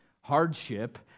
hardship